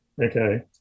okay